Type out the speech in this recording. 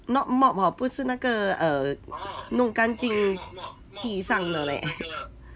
not mop hor 不是那个 err 弄干净地上的 leh